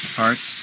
parts